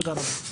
תודה רבה.